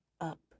up